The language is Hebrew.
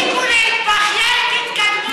אמרת לי: תפסיקו להתבכיין, תתקדמו.